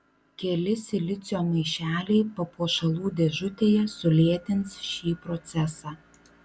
keli silicio maišeliai papuošalų dėžutėje sulėtins šį procesą